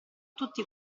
tutti